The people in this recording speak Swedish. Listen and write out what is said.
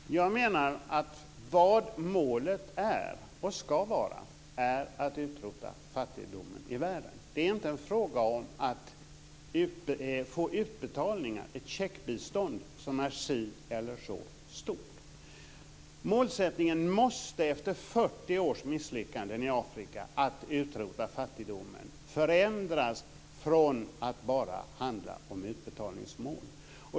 Fru talman! Jag menar att vad målet är och ska vara är att utrota fattigdomen i världen. Det är inte en fråga om att få utbetalningar, ett checkbistånd, som är si eller så stora. Målsättningen måste efter 40 års misslyckanden i Afrika att utrota fattigdomen förändras från att bara handla om utbetalningsmål.